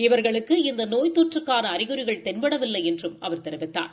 இவர்களுக்கு இந்த நோய் தொற்றுக்கான அறிகுறிகள் தென்படவில்லை என்றும் அவர் தெரிவித்தார்